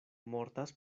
mortas